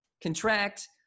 contract